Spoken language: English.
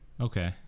Okay